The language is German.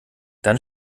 dann